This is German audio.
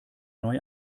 neue